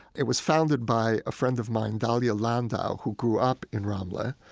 it was founded by a friend of mine, dalia landau, who grew up in ramle.